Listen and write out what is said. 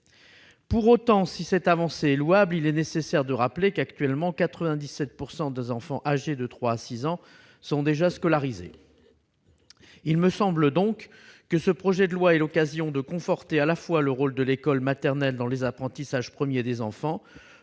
Pour autant, si cette avancée est louable, il est nécessaire de rappeler qu'actuellement 97 % des enfants âgés de 3 à 6 ans sont déjà scolarisés. Il me semble donc que ce projet de loi est l'occasion de conforter à la fois le rôle de l'école maternelle dans les premiers apprentissages des enfants